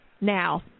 Now